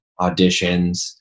auditions